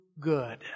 good